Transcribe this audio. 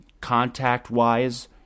contact-wise